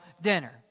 dinner